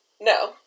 No